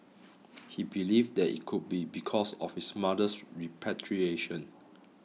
he believed that it could be because of his mother's repatriation